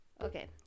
Okay